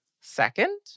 Second